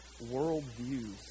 worldviews